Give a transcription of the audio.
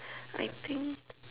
I think